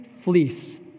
Fleece